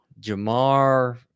Jamar